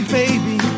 baby